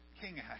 King